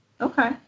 Okay